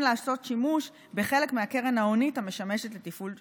לעשות שימוש בחלק מהקרן ההונית המשמשת לתפעול שוטף.